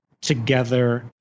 together